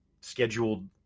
scheduled